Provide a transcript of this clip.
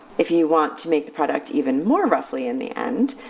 if you want to make the product even more ruffly in the end,